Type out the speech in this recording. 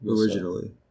Originally